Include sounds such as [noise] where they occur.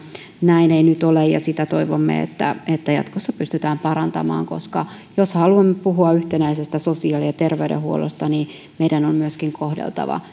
näin ei nyt ole ja toivomme että sitä jatkossa pystytään parantamaan koska jos haluamme puhua yhtenäisestä sosiaali ja terveydenhuollosta niin meidän on myöskin kohdeltava [unintelligible]